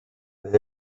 that